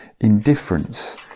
indifference